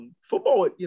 football